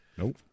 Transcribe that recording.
Nope